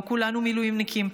לא כולנו מילואימניקים,